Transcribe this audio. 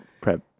prep